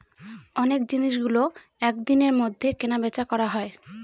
অনেক জিনিসগুলো এক দিনের মধ্যে কেনা বেচা করা হয়